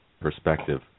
perspective